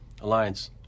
Alliance